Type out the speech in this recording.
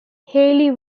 hayley